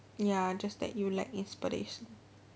ya just that you lack inspiration